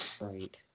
right